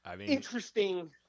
interesting